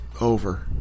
Over